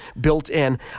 built-in